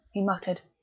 he muttered.